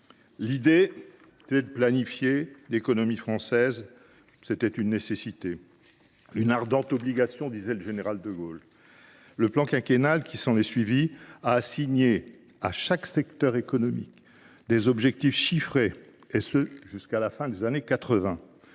L’idée de planifier l’économie française était une nécessité – une « ardente obligation », précisait le Général. Le plan quinquennal qui s’est ensuivi a assigné à chaque secteur économique des objectifs chiffrés, et ce jusqu’à la fin des années 1980.